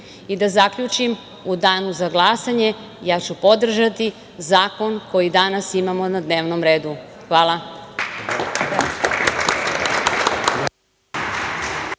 zaključim, u danu za glasanje ja ću podržati zakon koji danas imamo na dnevnom redu. Hvala.